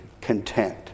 content